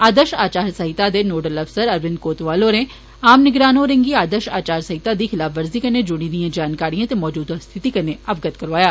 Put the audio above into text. आदर्श आचार संहिता दे नोडल अफसर अरविंद कोतवाल होरें आम निगरान होरें गी आदर्श आचार संहिता दी खिलाफवर्जी कन्नै जुड़ी दियें जानकारियें ते मजूदा स्थिति कन्नै अवगत करोआया